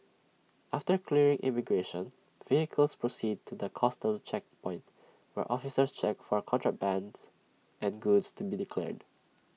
after clearing immigration vehicles proceed to the Customs checkpoint where officers check for contrabands and goods to be declared